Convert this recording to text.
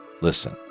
Listen